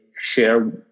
share